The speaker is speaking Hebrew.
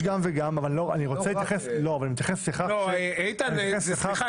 אבל אני רוצה להתייחס --- איתן, סליחה.